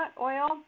oil